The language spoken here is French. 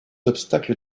obstacles